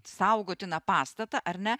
saugotiną pastatą ar ne